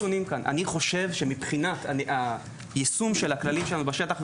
אני חושב שמבחינת היישום של הכללים שלנו בשטח,